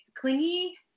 clingy